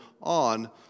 on